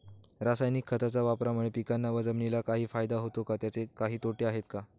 रासायनिक खताच्या वापरामुळे पिकांना व जमिनीला काही फायदा होतो का? त्याचे काही तोटे आहेत का?